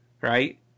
right